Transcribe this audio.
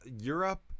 Europe